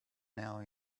now